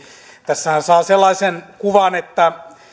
tässähän saa sellaisen kuvan että